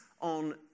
on